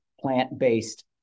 plant-based